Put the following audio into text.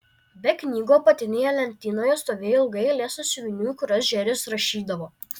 be knygų apatinėje lentynoje stovėjo ilga eilė sąsiuvinių į kuriuos džeris rašydavo